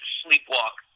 sleepwalk